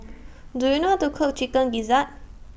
Do YOU know How to Cook Chicken Gizzard